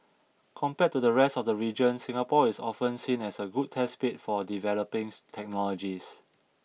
compared to the rest of the region Singapore is often seen as a good test bed for developing technologies